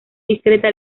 discreta